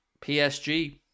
PSG